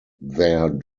their